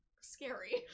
scary